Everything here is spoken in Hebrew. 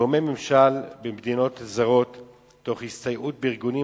גורמי ממשל במדינות זרות תוך הסתייעות בארגונים